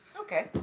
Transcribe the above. Okay